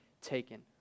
taken